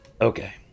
Okay